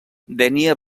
dénia